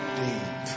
deep